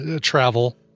travel